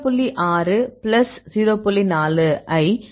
6 plus 0